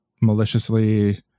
maliciously